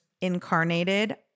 incarnated